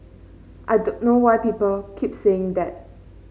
I don't know why people keep saying that